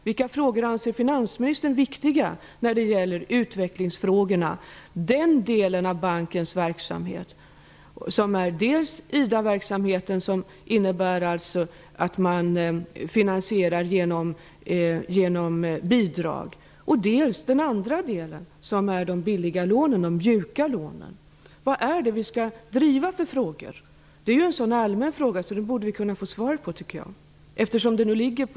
Vilka frågor anser finansministern viktiga när det gäller utvecklingsfrågorna och den del av bankens verksamhet som rör IDA-verksamheten, vilken innebär finansiering genom bidrag, och den andra delen, som rör de billiga, mjuka lånen? Vad är det för frågor vi skall driva? Det är en så allmän fråga att vi borde kunna få svar på den, eftersom den nu ligger på